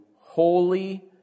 holy